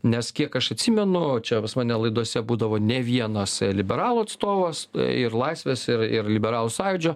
nes kiek aš atsimenu čia pas mane laidose būdavo ne vienas liberalų atstovas ir laisvės ir ir liberalų sąjūdžio